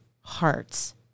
hearts